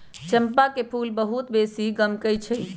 चंपा के फूल बहुत बेशी गमकै छइ